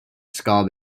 ska